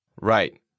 Right